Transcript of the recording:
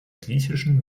griechischen